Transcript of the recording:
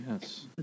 Yes